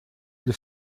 для